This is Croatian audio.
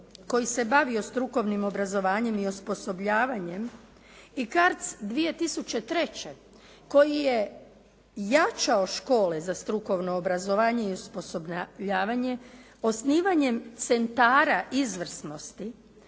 koji se bavio strukovnim obrazovanjem i osposobljavanjem i CARDS 2003. koji je jačao škole za strukovno obrazovanje i osposobljavanje, osnivanjem centara izvrsnosti